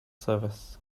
service